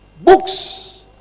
books